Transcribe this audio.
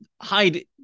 hide